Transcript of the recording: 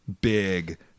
big